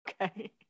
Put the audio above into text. okay